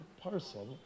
parcel